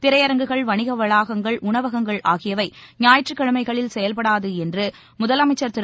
திரையரங்குகள் வணிக வளாகங்கள் உணவகங்கள் ஆகியவை ஞாயிற்றுக்கிழமைகளில் செயல்படாது என்று முதலமைச்சர் திரு